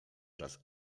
czas